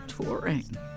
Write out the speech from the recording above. touring